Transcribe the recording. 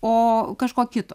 o kažko kito